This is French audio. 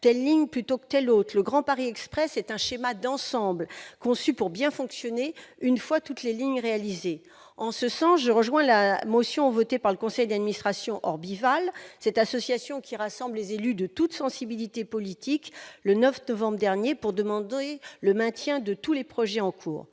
telle ligne plutôt que telle autre : le Grand Paris Express est un schéma d'ensemble, conçu pour bien fonctionner une fois toutes les lignes réalisées. En ce sens, je rejoins la motion votée le 9 novembre dernier par le conseil d'administration Orbival, cette association qui rassemble des élus de toutes les sensibilités politiques, pour demander le maintien de tous les projets en cours,